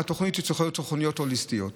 צריכות להיות תוכניות הוליסטיות.